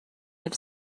have